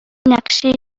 نقشه